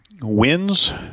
wins